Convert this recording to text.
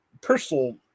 personal